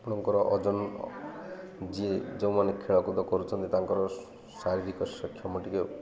ଆପଣଙ୍କର ଓଜନ ଯିଏ ଯେଉଁମାନେ ଖେଳକୁଦ କରୁଛନ୍ତି ତାଙ୍କର ଶାରୀରିକ ସକ୍ଷମ ଟିକେ